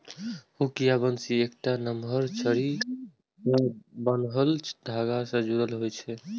hook या बंसी एकटा नमहर छड़ी सं बान्हल धागा सं जुड़ल होइ छै